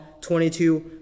22